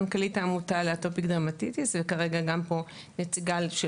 מנכ"לית העמותה לאטופיק דרמטיטיס וכרגע גם נציגה פה של